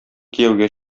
кияүгә